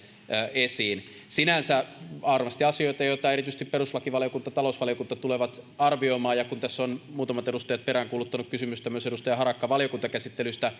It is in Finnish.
esiin sinänsä nämä ovat varmasti asioita joita erityisesti perustuslakivaliokunta ja talousvaliokunta tulevat arvioimaan ja kun tässä ovat muutamat edustajat peräänkuuluttaneet kysymystä myös edustaja harakka valiokuntakäsittelystä